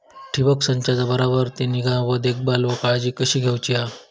ठिबक संचाचा बराबर ती निगा व देखभाल व काळजी कशी घेऊची हा?